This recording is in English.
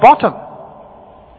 bottom